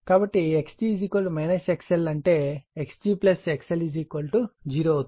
కాబట్టి Xg XL అంటే Xg XL 0 అవుతుంది